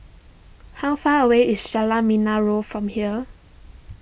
how far away is Jalan Menarong from here